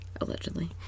Allegedly